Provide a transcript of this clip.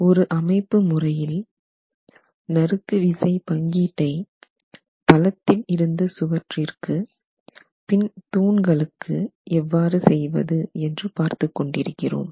ஒரு அமைப்பு முறையில் நறுக்கு விசை பங்கீட்டை தளத்திலிருந்து சுவற்றிற்கு பின் தூண்களுக்கு எவ்வாறு செய்வது என்று பார்த்துக் கொண்டிருக்கிறோம்